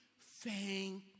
thank